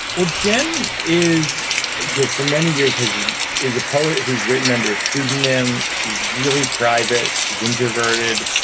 well, jen is you for many years has is a poet who's written under a pseudonym. she's really private. she's introverted.